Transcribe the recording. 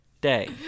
day